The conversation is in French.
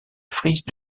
frise